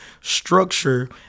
structure